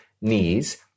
knees